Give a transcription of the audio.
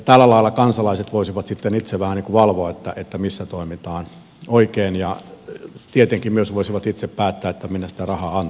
tällä lailla kansalaiset voisivat sitten itse vähän niin kuin valvoa että missä toimitaan oikein ja tietenkin myös voisivat itse päättää minne sitä rahaa antavat